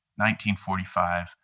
1945